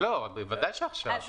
לא, בוודאי שעכשיו.